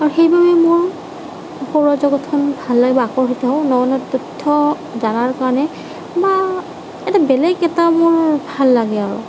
আৰু সেইবাবেই মোৰ সৌৰজগতখন ভাল লাগে বা আকৰ্ষিত হওঁ ন ন তথ্য জনাৰ কাৰণে কিবা এটা বেলেগ এটা মোৰ ভাল লাগে আৰু